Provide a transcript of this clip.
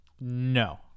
No